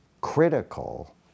critical